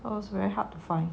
it was very hard to find